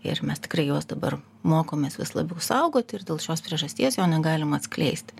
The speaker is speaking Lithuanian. ir mes tikrai juos dabar mokomės vis labiau saugoti ir dėl šios priežasties jo negalim atskleisti